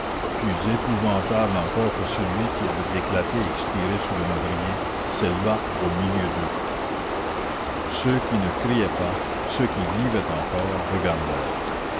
plus épouvantable encore que celui qui avait éclaté et expiré sous le madrier s'éleva au milieu d'eux ceux qui ne criaient pas ceux qui vivaient encore